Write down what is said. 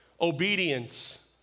obedience